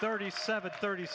thirty seven thirty